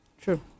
True